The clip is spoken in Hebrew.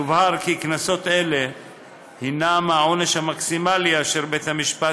יובהר כי קנסות אלה הם העונש המקסימלי שבית משפט